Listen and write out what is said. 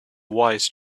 wise